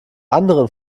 anderen